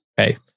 Okay